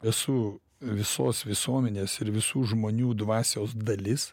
esu visos visuomenės ir visų žmonių dvasios dalis